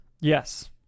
Yes